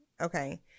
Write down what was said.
okay